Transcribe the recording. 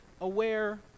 aware